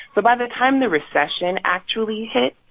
but by the time the recession actually hit,